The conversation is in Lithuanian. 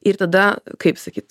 ir tada kaip sakyt